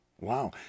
Wow